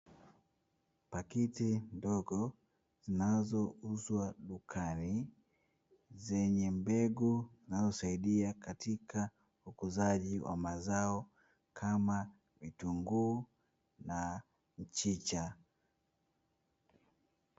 Pakiti ndogo zinazouzwa dukani zenye mbegu, zinazosaidia katika ukuzaji wa mazao kama vitunguu na mchicha.